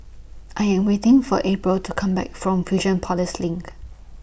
I Am waiting For April to Come Back from LINK